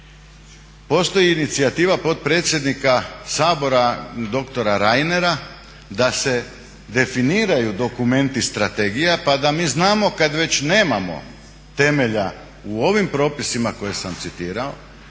Postoji inicijativa potpredsjednika Sabora doktora Reinera da se definiraju dokumenti strategija pa da mi znamo kad već nemamo temelja u ovim propisima koje sam citirao,